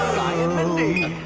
um mindy